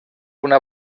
una